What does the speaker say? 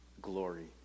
glory